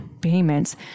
payments